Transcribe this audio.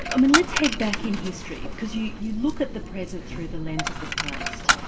i mean let's head back in history, because you you look at the present through the lens of the past.